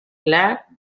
clar